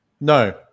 No